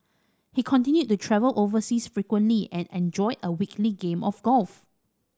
he continued to travel overseas frequently and enjoyed a weekly game of golf